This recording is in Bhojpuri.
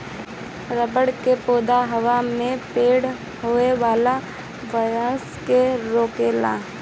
रबड़ के पौधा हवा में पैदा होखे वाला वायरस के रोकेला